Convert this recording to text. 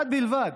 אחד בלבד,